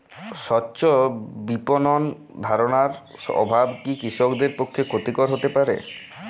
স্বচ্ছ বিপণন ধারণার অভাব কি কৃষকদের পক্ষে ক্ষতিকর হতে পারে?